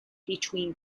between